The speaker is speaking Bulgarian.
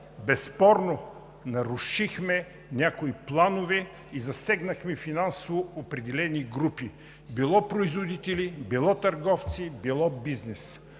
безспорно нарушихме някои планове и засегнахме финансово определени групи – било производители, било търговци, било бизнес.